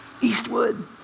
Eastwood